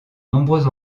nombreux